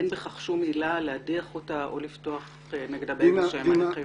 אין בכך שום עילה להדיח אותה או לפתוח נגדה בהליכים?